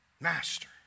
master